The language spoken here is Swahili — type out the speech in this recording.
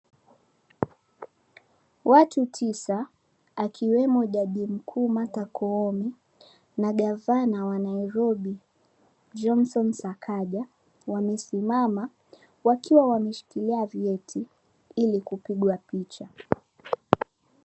Watu tisa, akiwemo jaji mkuu Martha Koome na gavana wa nairobi, Johnson Sakaja wamesimama wakiwa wameshikilia vyeti ili kupigwa picha.